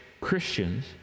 Christians